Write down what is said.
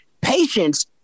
Patience